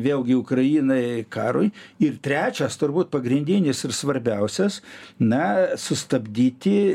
vėlgi ukrainai karui ir trečias turbūt pagrindinis ir svarbiausias na sustabdyti